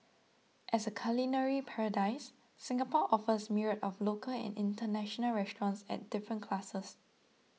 as a culinary paradise Singapore offers myriad of local and international restaurants at different classes